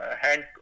hand